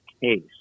case